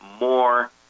more